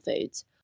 foods